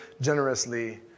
generously